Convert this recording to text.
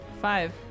Five